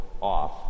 off